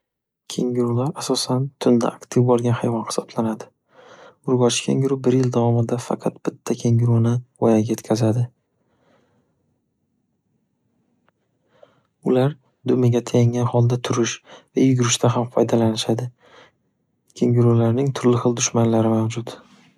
Kengirular asosan tunda aktiv boʻlgan hayvon hisoblanadi. Urgo'chi kengiruv bir yil davomida faqat bitta kengiruvni voyaga yetkazadi. Ular dumaga tayangan holda turish va yugurishda ham foydalanishadi. Kengirularning turli xil dushmanlari mavjud.